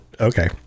okay